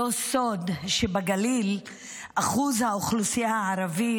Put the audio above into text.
לא סוד שבגליל אחוז האוכלוסייה הערבית